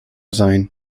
sein